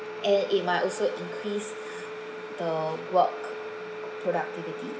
and it might also increase the work productivity